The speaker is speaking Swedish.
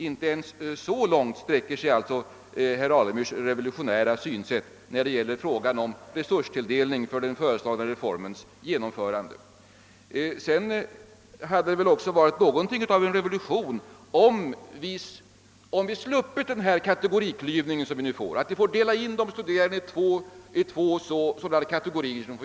Inte ens så långt sträcker sig herr Alemyrs revolutionära syn som till att tilldela resurser för den föreslagna reformens genomförande. Det hade vidare också varit något av en revolution om vi hade sluppit den klyvning i två kategorier av de studerande som nu föreslås.